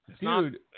Dude